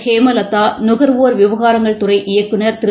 ஹேமலதா நுகர்வோர் விவகாரங்கள் துறை இயக்குநர் திரு